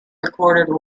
recorded